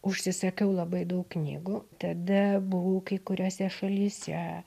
užsisakiau labai daug knygų tada buvau kai kuriose šalyse